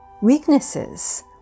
weaknesses